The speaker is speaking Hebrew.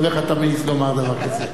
איך אתה מעז לומר דבר כזה?